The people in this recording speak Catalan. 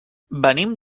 venim